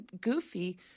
goofy